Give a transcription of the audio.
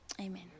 amen